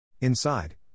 Inside